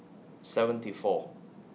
seventy four